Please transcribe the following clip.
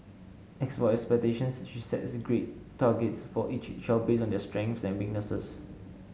as for expectations she sets grade targets for each child based on their strengths and weaknesses